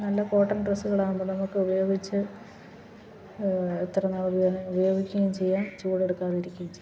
നല്ല കോട്ടൺ ഡ്രസ്സുകളാകുമ്പോൾ നമുക്ക് ഉപയോഗിച്ച് എത്രനാൾ ഉപയോഗിക്കുകയും ചെയ്യാം ചൂടെടുക്കാതിരിക്കുകയും ചെയ്യും